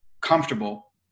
comfortable